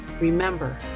remember